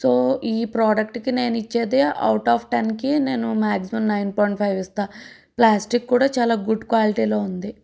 so ఈ ప్రోడక్ట్కి నేను ఇచ్చేది అవుట్ ఆఫ్ టెన్కి నేను మ్యాకీమం నైన్ పాయింట్ ఫైవ్ ఇస్తాను ప్లాస్టిక్ కూడా గుడ్ క్వాలిటీలో ఉంది